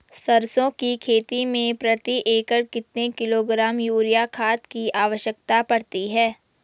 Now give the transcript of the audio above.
सरसों की खेती में प्रति एकड़ कितने किलोग्राम यूरिया खाद की आवश्यकता पड़ती है?